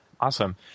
Awesome